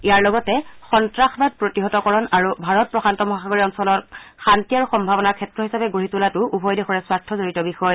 ইয়াৰ লগতে সন্তাসবাদ প্ৰতিহতকৰণ আৰু ভাৰত প্ৰশান্ত মহাসাগৰীয় অঞ্চলক শান্তি আৰু সম্ভাবনাৰ ক্ষেত্ৰ হিচাপে গঢ়ি তোলাটোও উভয় দেশৰে স্বাৰ্থজড়িত বিষয়